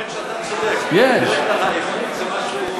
האמת שאתה צודק, איכות זה משהו שהוא ערכי.